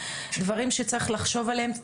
דברים שצריך לחשוב עליהם,